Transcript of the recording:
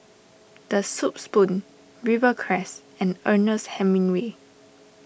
the Soup Spoon Rivercrest and Ernest Hemingway